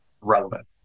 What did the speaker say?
relevant